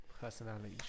personalities